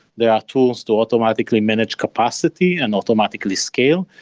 there are tools to automatically manage capacity and automatically scale,